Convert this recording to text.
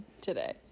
today